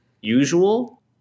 usual